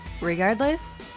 Regardless